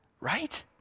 right